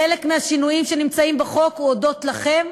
חלק מהשינויים שנמצאים בחוק הם הודות לכם,